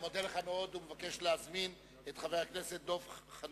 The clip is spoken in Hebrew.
אני מודה לך מאוד ומבקש להזמין את חבר הכנסת דב חנין.